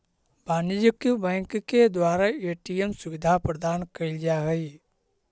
वाणिज्यिक बैंक के द्वारा ए.टी.एम सुविधा प्रदान कैल जा हइ